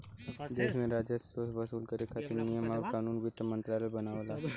देश में राजस्व वसूल करे खातिर नियम आउर कानून वित्त मंत्रालय बनावला